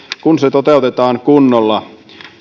kun se toteutetaan kunnolla